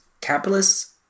Capitalists